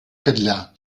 catllar